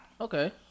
Okay